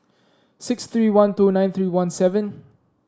six three one two nine three one seven